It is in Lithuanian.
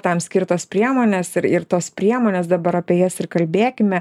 tam skirtos priemonės ir ir tos priemonės dabar apie jas ir kalbėkime